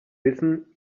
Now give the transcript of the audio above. wissen